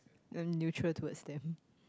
I'm neutral towards them